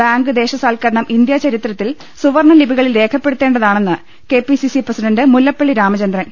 bank ദേശസാൽക്കരണം India ചരിത്രത്തിൽ സുവർണ ലിപികളിൽ രേഖപ്പെടുത്തേണ്ടതാണെന്ന് K PCC president Mullappally Ramachandran